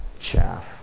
chaff